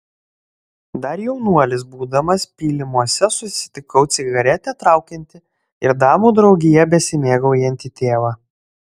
dar jaunuolis būdamas pylimuose susitikau cigaretę traukiantį ir damų draugija besimėgaujantį tėvą